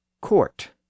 court